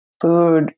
food